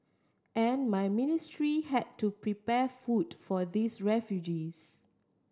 and my ministry had to prepare food for these refugees